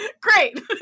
Great